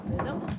בסדר?